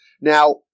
Now